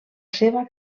seva